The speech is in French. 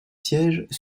sièges